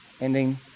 ending